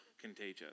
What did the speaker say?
contagious